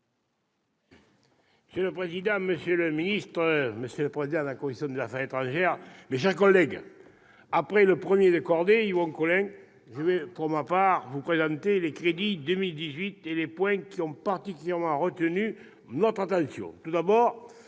Monsieur le président, monsieur le ministre, monsieur le président de la commission des affaires étrangères, mes chers collègues, après le premier de cordée, Yvon Collin, je vais, pour ma part, vous présenter les crédits pour 2018 et les points qui ont particulièrement retenu notre attention.